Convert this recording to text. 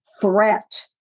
Threat